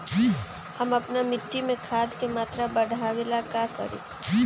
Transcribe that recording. हम अपना मिट्टी में खाद के मात्रा बढ़ा वे ला का करी?